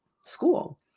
school